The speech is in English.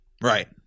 right